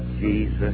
Jesus